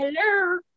Hello